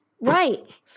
Right